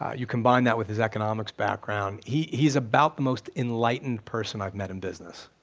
you combine that with his economics background, he's he's about the most enlightened person i've met in business.